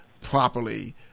properly